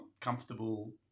comfortable